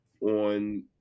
on